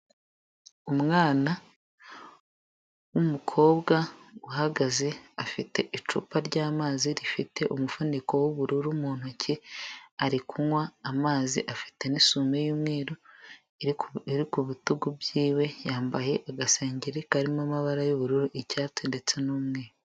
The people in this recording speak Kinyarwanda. Umwana w'umukobwa uhagaze afite icupa ry'amazi rifite umufuniko w'ubururu mu ntoki ari kunywa amazi afite n'isume y'umweru iri ku bitugu byiwe yambaye agasengeri karimo amabara y'ubururu, icyatsi, ndetse n'umweru.